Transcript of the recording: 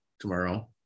Tomorrow